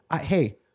hey